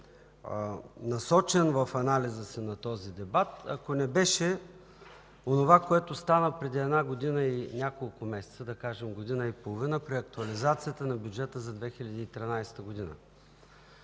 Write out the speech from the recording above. насочен в анализа си в този дебат, ако не беше онова, което стана преди година и няколко месеца, да кажем година и половина, при актуализацията на Бюджет 2013 г.